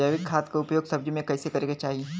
जैविक खाद क उपयोग सब्जी में कैसे करे के चाही?